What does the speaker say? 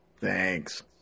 Thanks